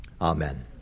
Amen